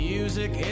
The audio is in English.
Music